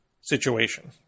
situation